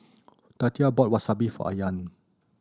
Tatia bought Wasabi for Ayaan